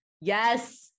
Yes